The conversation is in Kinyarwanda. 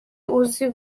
uzi